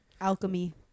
Alchemy